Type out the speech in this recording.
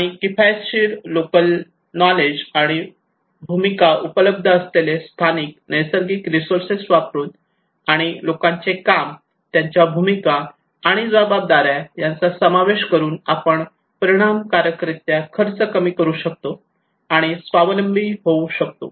आणि किफायतशिर local knowledge आणि उपलब्ध असलेले स्थानिक नैसर्गिक रिसोर्सेस वापरून आणि लोकांचे काम त्यांच्या भूमिका आणि जबाबदाऱ्या यांचा समावेश करून आपण परिणामकारक रित्या खर्च कमी करू शकतो आणि स्वावलंबी होतो